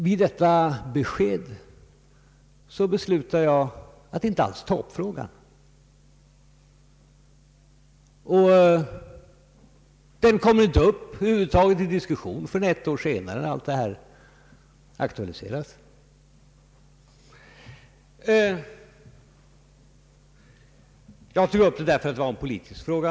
Med detta besked beslutar jag att inte alls ta upp frågan, och den kommer över huvud taget inte upp till diskussion förrän ett år senare, när allt detta aktualiseras. Jag tog upp saken för att det var en politisk fråga.